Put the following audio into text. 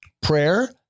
Prayer